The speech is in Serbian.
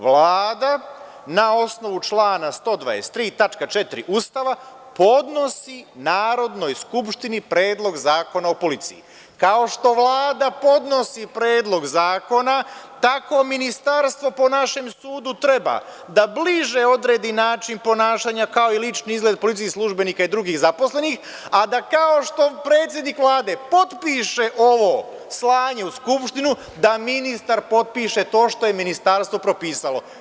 Vlada na osnovu člana 123. tačka 4. Ustava podnosi Narodnoj skupštini Predlog zakona o policiji, kao što Vlada podnosi predlog zakona, tako ministarstvo po našem sudu treba da bliže odredi način ponašanja kao i lični izgled policijskih službenika i drugih zaposlenih, a da kao što predsednik Vlade potpiše ovo slanje u Skupštinu da ministar potpiše to što je ministarstvo propisalo.